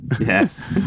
Yes